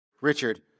Richard